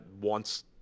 wants